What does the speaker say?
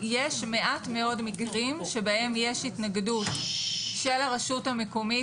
יש מעט מאוד מקרים שבהם יש התנגדות של הרשות המקומית